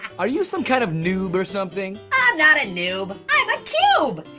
are you some kind of noob or something? i'm not a noob. i'm a cube.